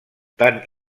tant